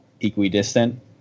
equidistant